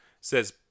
says